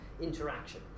interaction